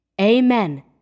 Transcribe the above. Amen